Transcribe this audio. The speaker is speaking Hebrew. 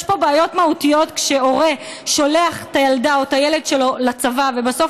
יש פה בעיות מהותיות כשהורה שולח את הילדה או את הילד שלו לצבא ובסוף